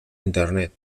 internet